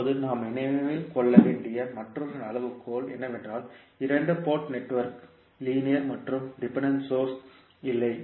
இப்போது நாம் நினைவில் கொள்ள வேண்டிய மற்றொரு அளவுகோல் என்னவென்றால் இரண்டு போர்ட் நெட்வொர்க் லீனியர் மற்றும் டிபெண்டன்ட் சோர்ஸ்கள் இல்லை